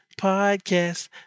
Podcast